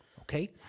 okay